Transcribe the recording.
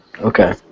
Okay